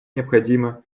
необходимо